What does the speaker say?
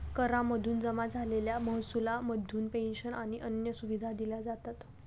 करा मधून जमा झालेल्या महसुला मधून पेंशन आणि अन्य सुविधा दिल्या जातात